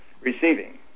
receiving